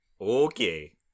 Okay